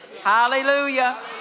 Hallelujah